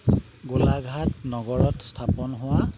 গোলাঘাট নগৰত স্থাপন হোৱা